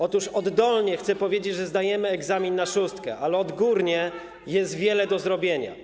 Otóż oddolnie, chcę powiedzieć, zdajemy egzamin na szóstkę, ale odgórnie jest wiele do zrobienia.